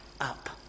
up